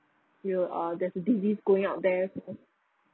yeah ah there's a disease going out there